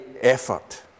effort